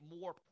more